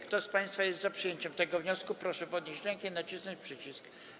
Kto z państwa jest za przyjęciem tego wniosku, proszę podnieść rękę i nacisnąć przycisk.